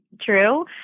true